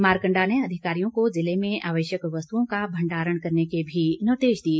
मारकंडा ने अधिकारियों को जिले में आवश्यक वस्तुओं का भंडारण करने के भी निर्देश दिए